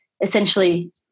essentially